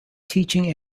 teaching